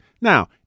Now